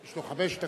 יש לו חמש דקות.